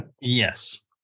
Yes